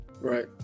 right